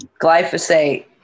glyphosate